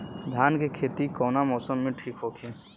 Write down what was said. धान के खेती कौना मौसम में ठीक होकी?